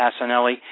Passanelli